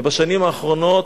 ובשנים האחרונות,